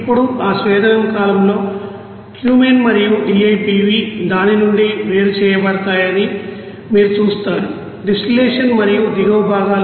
ఇప్పుడు ఆ స్వేదనం కాలమ్లో క్యూమెన్ మరియు డిఐపివి దాని నుండి వేరు చేయబడతాయని మీరు చూస్తారు డిస్టిల్లషన్ మరియు దిగువ భాగాలు